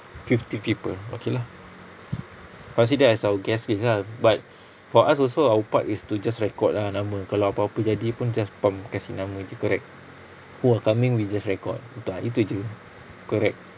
fifty people okay lah considered as our guest list ah but for us also our part is to just record lah nama kalau apa-apa jadi pun just pump kasi nama jer correct who are coming we just record itu ah itu jer correct